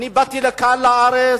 באתי לכאן לארץ,